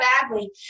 badly